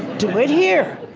do it here.